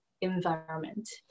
environment